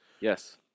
Yes